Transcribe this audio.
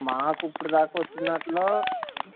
మాకు ఇప్పుడు దాకా వచ్చినదాంట్లో